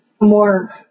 more